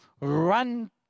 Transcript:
run